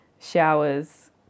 showers